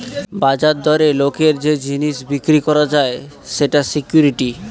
বাজার দরে লোকের যে জিনিস বিক্রি করা যায় সেটা সিকুইরিটি